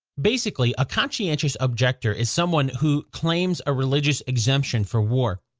basically, a conscientious objector is someone who claims a religious exemption for war.